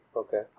okay